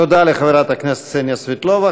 תודה לחברת הכנסת קסניה סבטלובה.